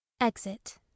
exit